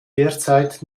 derzeit